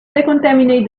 decontaminate